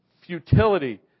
futility